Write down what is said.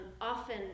often